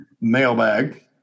mailbag